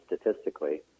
statistically